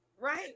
Right